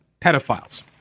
pedophiles